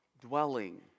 dwelling